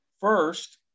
First